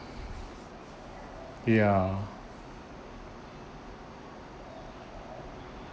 ya